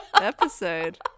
episode